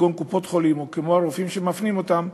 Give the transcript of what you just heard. כגון קופות-חולים או כמו הרופאים שמפנים את החולים,